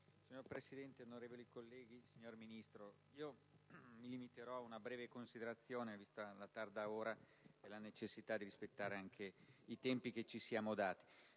Signor Presidente, onorevoli colleghi, signor Ministro, mi limiterò ad una breve considerazione, vista la tarda ora e la necessità di rispettare i tempi che ci siamo dati.